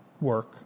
work